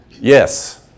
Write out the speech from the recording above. Yes